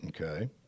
Okay